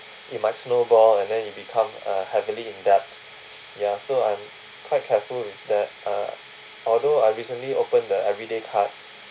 it might snowball and then you become uh heavily indebted ya so I'm quite careful with that uh although I recently opened a everyday card